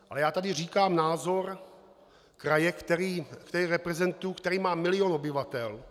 Ale já tady říkám názor kraje, který reprezentuji a který má milion obyvatel.